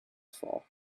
for